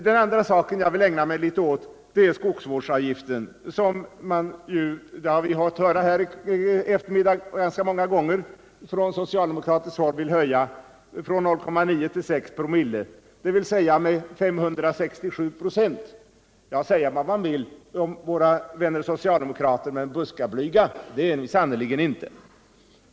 Den andra saken som jag vill ägna mig åt är skogsvårdsavgiften, som man — det har vi fått höra ganska många gånger här i eftermiddag — från socialdemokratiskt håll vill höja från 0,9 till 6 2/00, dvs. med 567 96. Säga vad man vill om våra vänner socialdemokraterna, men buskablyga är de sannerligen inte.